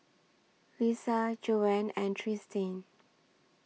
Lissa Joanne and Tristin